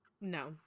No